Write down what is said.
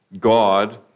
God